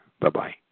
Bye-bye